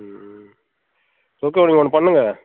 ம் ம் சரி ஓகே நீங்கள் ஒன்று பண்ணுங்க